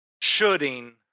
shooting